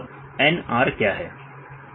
NR क्या है